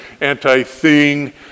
anti-thing